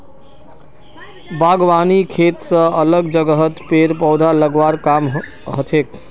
बागवानी खेत स अलग जगहत पेड़ पौधा लगव्वार काम हछेक